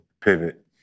Pivot